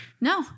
No